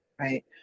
right